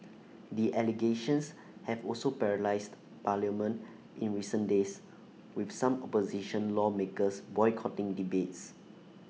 the allegations have also paralysed parliament in recent days with some opposition lawmakers boycotting debates